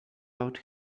out